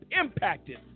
impacted